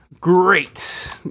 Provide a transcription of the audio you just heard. Great